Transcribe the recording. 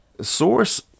source